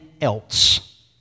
else